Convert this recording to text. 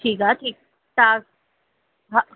ठीकु आहे ठीकु तव्हां हा